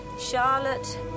Charlotte